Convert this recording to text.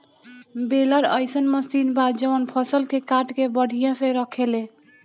baler अइसन machine बा जवन फसल के काट के बढ़िया से रखेले